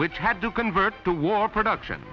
which had to convert to war production